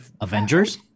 Avengers